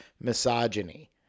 misogyny